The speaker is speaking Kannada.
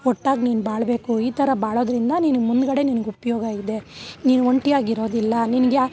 ಒಟ್ಟಾಗಿ ನೀನು ಬಾಳಬೇಕು ಈ ಥರ ಬಾಳೋದ್ರಿಂದ ನಿನಗೆ ಮುಂದ್ಗಡೆ ನಿನಗೆ ಉಪಯೋಗ ಇದೆ ನೀನು ಒಂಟಿಯಾಗಿರೋದಿಲ್ಲ ನಿನಗೆ